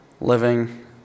living